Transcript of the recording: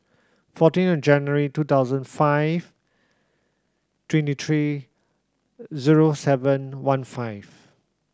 fourteen January two thousand five twenty three zero seven one five